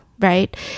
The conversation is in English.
Right